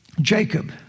Jacob